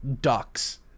ducks